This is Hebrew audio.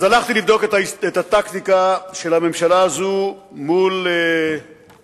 אז הלכתי לבדוק את הטקטיקה של הממשלה הזאת מול טורקיה.